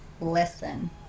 listen